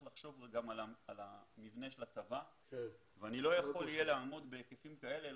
לחשוב גם על המבנה של הצבא ואני לא אוכל לעמוד בהיקפים כאלה.